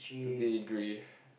degree